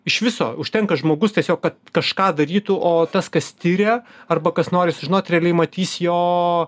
iš viso užtenka žmogus tiesiog kad kažką darytų o tas kas tiria arba kas nori sužinot realiai matys jo